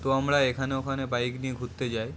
তো আমরা এখানে ওখানে বাইক নিয়ে ঘুরতে যাই